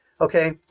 Okay